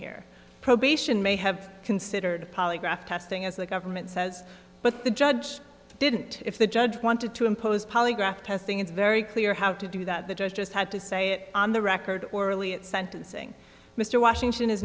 here probation may have considered polygraph testing as the government says but the judge didn't if the judge wanted to impose polygraph testing it's very clear how to do that the judge just had to say it on the record orally at sentencing mr washington is